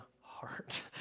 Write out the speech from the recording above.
heart